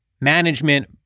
Management